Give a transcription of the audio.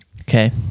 Okay